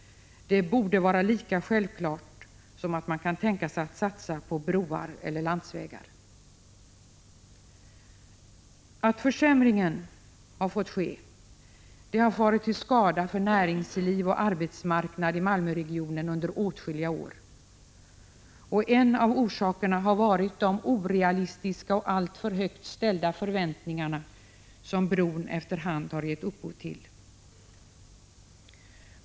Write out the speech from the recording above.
Det borde vara lika självklart som att man kan tänka sig att satsa på broar eller landsvägar. Att försämringen har fått ske har varit till skada för näringsliv och arbetsmarknad i Malmöregionen under åtskilliga år. En av orsakerna har varit de orealistiska och alltför högt ställda förväntningar som bron efter hand har gett upphov till.